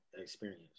experience